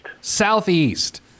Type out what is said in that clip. Southeast